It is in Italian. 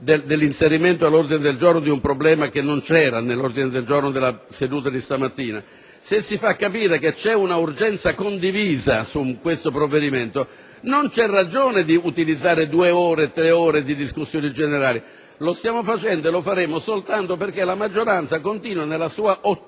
dell'inserimento all'ordine del giorno di un punto che non era previsto per la seduta di questa mattina, se si fa capire che c'è un'urgenza condivisa su un provvedimento, non c'è ragione di utilizzare due o tre ore di discussione generale. Lo stiamo facendo e lo faremo soltanto perché la maggioranza continua nella sua ottusità